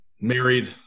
married